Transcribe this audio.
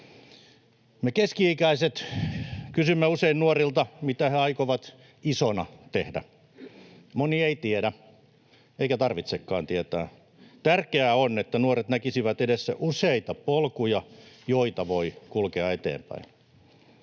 Me keski-ikäiset kysymme usein nuorilta, mitä he aikovat ”isona” tehdä. Moni ei tiedä, eikä tarvitsekaan tietää. Tärkeää on, että nuoret näkisivät edessään useita polkuja, joita voi kulkea eteenpäin.